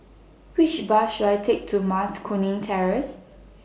Which Bus should I Take to Mas Kuning Terrace